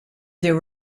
there